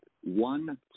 one